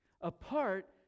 apart